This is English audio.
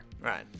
Right